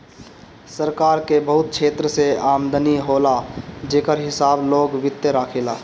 सरकार के बहुत क्षेत्र से आमदनी होला जेकर हिसाब लोक वित्त राखेला